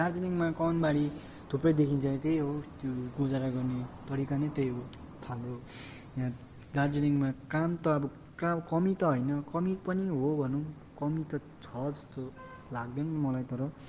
दार्जिलिङमा कमानबारी थुप्रै देखिन्छ त्यही हो त्यो गुजारा गर्ने तरिका नै त्यही हो हाम्रो यहाँ दार्जिलिङमा काम त अब का कमी त होइन कमी पनि हो भनौँ कमी त छ जस्तो लाग्दैन मलाई तर